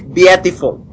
Beautiful